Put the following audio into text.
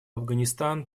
афганистан